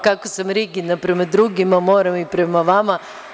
Kako sam rigidna prema drugima moram i prema vama.